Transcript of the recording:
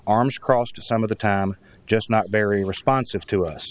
arms crossed some of the time just not very responsive to us